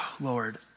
Lord